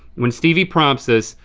when stevie prompts us,